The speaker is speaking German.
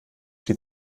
die